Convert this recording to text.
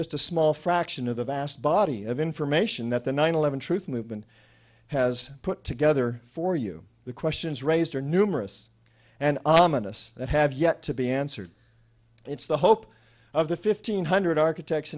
just a small fraction of the vast body of information that the nine eleven truth movement has put together for you the questions raised are numerous and ominous that have yet to be answered and it's the hope of the fifteen hundred architects